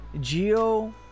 geo